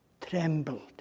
trembled